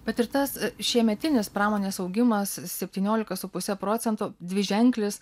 bet ir tas šiemetinis pramonės augimas septyniolika su puse procento dviženklis